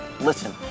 Listen